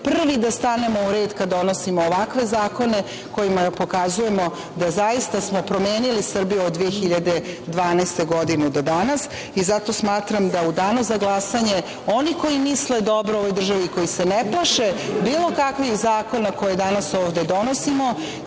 prvi da stanemo u red kad donosimo ovakve zakone kojima pokazujemo da smo zaista promenili Srbiju od 2012. godine do danas i zato smatram da u danu za glasanje oni koji misle dobro ovoj državi i koji se ne plaše bilo kakvih zakona koje danas ovde donosimo